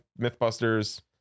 MythBusters